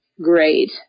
great